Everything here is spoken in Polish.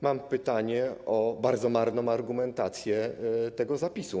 Mam pytanie o bardzo marną argumentację tego zapisu.